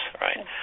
right